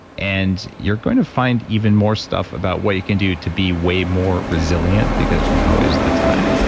and you're going to find even more stuff about what you can do to be way more resilient because now is the time